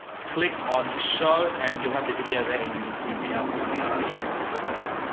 click on the show and you'll have the video there you, you'll be able to see what we're talking about.